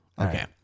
Okay